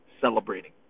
celebrating